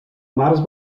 març